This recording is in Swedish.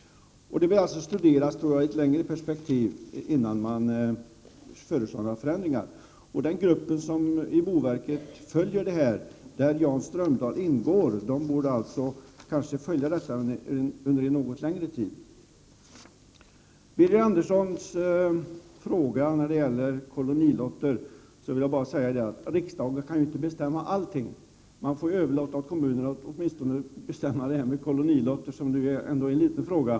Det bör alltså studeras i längre perspektiv innan man föreslår några förändringar. Den grupp i boverket som följer detta, där Jan Strömdahl ingår, borde alltså följa detta under en något längre tid. Birger Andersson frågar om kolonilotter. Men riksdagen kan ju inte bestämma allting! Man får åtminstone överlåta åt kommunerna att bestämma om kolonilotter, som ju ändå är en liten fråga.